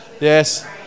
yes